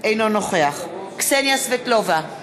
אינו נוכח קסניה סבטלובה,